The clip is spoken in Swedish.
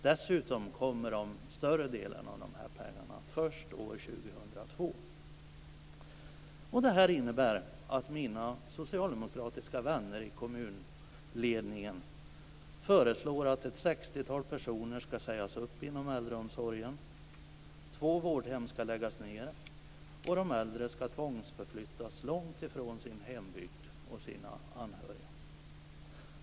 Dessutom kommer större delen av pengarna först år 2002. Det innebär att mina socialdemokratiska vänner i kommunledningen föreslår att ett sextiotal personer skall sägas upp inom äldreomsorgen, två vårdhem skall läggas ned och de äldre tvångsförflyttas långt från sin hembygd och sina anhöriga.